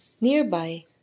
Nearby